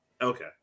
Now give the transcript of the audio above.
Okay